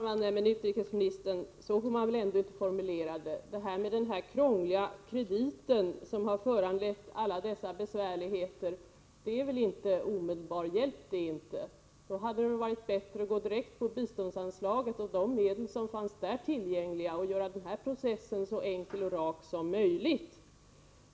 Herr talman! Nej, utrikesministern, så får man inte formulera det. Den krångliga kredit som har medfört alla dessa besvärligheter innebär väl inte någon omedelbar hjälp. Då hade det väl varit bättre att gå direkt på biståndsanslaget och de medel som där finns tillgängliga och göra hela processen så enkel och rak som möjligt.